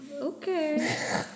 Okay